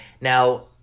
Now